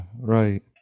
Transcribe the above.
right